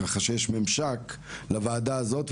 ככה שיש ממשק לוועדה הזאת,